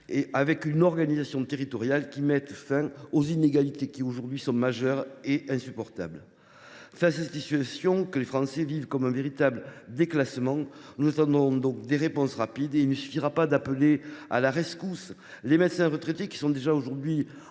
créer une organisation territoriale qui mette fin aux inégalités majeures et insupportables existant aujourd’hui. Face à cette situation, que les Français vivent comme un véritable déclassement, nous attendons des réponses rapides. Il ne suffira pas d’appeler à la rescousse les médecins retraités, qui sont déjà aujourd’hui